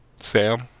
Sam